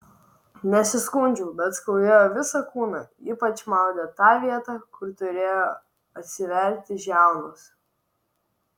nesiskundžiau bet skaudėjo visą kūną ypač maudė tą vietą kur turėjo atsiverti žiaunos